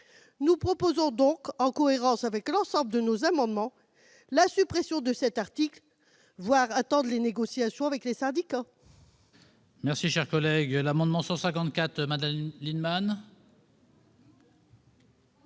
Nous proposons donc, en cohérence avec l'ensemble de nos amendements, la suppression de cet article, pour pouvoir attendre l'issue des négociations avec les syndicats.